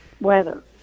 weather